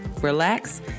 relax